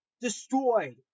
Destroyed